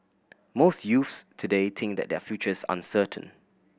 most youths today think that their futures uncertain